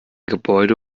gebäude